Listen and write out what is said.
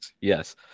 yes